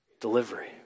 delivery